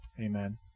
Amen